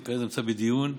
זה כרגע נמצא בדיון.